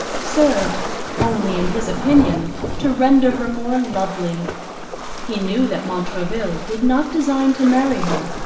served only in his opinion to render her more lovely he knew that montraville did not design to marry her,